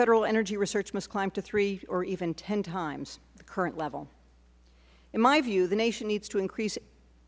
federal energy research must climb to three or even ten times the current level in my view the nation needs to increase